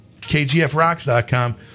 kgfrocks.com